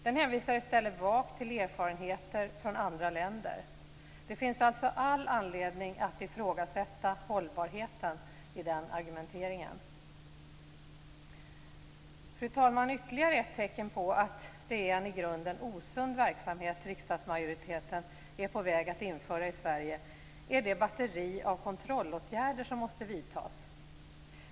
Den hänvisar i stället vagt till erfarenheter från andra länder. Det finns alltså all anledning att ifrågasätta hållbarheten i den argumenteringen. Fru talman! Ytterligare ett tecken på att det är en i grunden osund verksamhet som riksdagsmajoriteten är på väg att införa i Sverige är det batteri av kontrollåtgärder som måste vidtas.